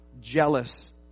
jealous